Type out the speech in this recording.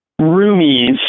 roomies